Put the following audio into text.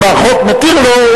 אם החוק מתיר לו,